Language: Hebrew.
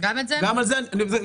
גם --- גם את זה הם אומרים.